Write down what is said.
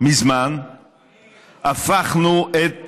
מזמן הפכנו את